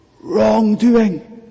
wrongdoing